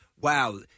Wow